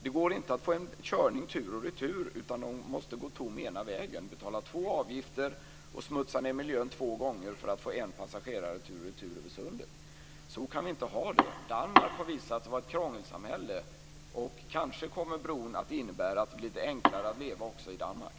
Det går inte att få en körning tur och retur, utan bilen måste gå tom ena vägen. Man måste betala två avgifter och smutsa ned miljön två gånger för att få en passagerare tur och retur över sundet. Så kan vi inte ha det. Danmark har visat sig vara ett krångelsamhälle. Kanske kommer bron att innebära att det blir lite enklare att leva också i Danmark.